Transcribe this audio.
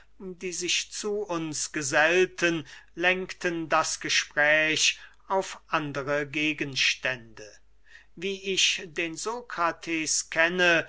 die sich zu uns gesellten lenkten das gespräch auf andere gegenstände wie ich den sokrates kenne